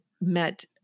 met